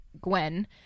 Gwen